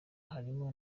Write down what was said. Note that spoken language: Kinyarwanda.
harimo